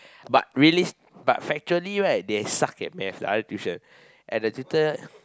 but really but factually right they suck at math the other tuition and the tutor